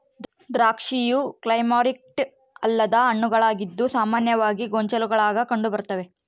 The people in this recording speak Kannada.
ದ್ರಾಕ್ಷಿಯು ಕ್ಲೈಮ್ಯಾಕ್ಟೀರಿಕ್ ಅಲ್ಲದ ಹಣ್ಣುಗಳಾಗಿದ್ದು ಸಾಮಾನ್ಯವಾಗಿ ಗೊಂಚಲುಗುಳಾಗ ಕಂಡುಬರ್ತತೆ